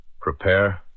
Prepare